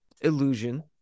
illusion